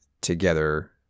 together